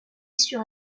sur